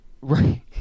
Right